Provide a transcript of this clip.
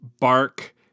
Bark